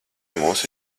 mūsu